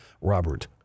Robert